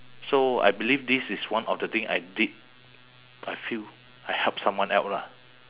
so I believe this is one of the thing I did I feel I help someone out lah